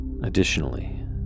Additionally